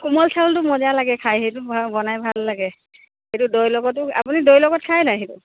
কোমল চাউলটো মজা লাগে খাই সেইটো বনাই ভাল লাগে সেইটো দৈ লগতো আপুনি দৈ লগত খাই নাই সেইটো